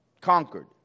conquered